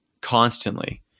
constantly